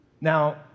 Now